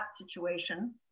situation